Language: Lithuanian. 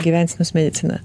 gyvensenos mediciną